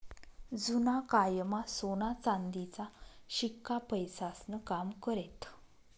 जुना कायमा सोना चांदीचा शिक्का पैसास्नं काम करेत